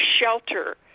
shelter